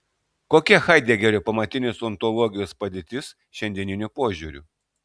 kokia haidegerio pamatinės ontologijos padėtis šiandieniu požiūriu